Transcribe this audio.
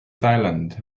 thailand